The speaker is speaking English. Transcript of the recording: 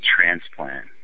transplant